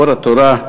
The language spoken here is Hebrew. אור התורה,